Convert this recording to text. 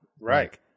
right